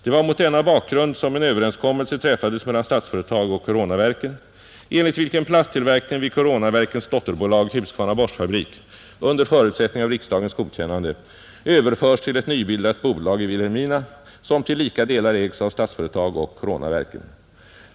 Det var mot denna bakgrund som en överenskommelse träffades mellan Statsföretag och Coronaverken, enligt vilken plasttillverkningen vid Coronaverkens dotterbolag Husqvarna Borstfabrik — under förutsättning av riksdagens godkännande — överförs till ett nybildat bolag i Vilhelmina, som till lika delar ägs av Statsföretag och Coronaverken.